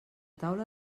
taula